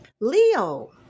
Leo